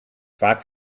vaak